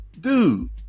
dude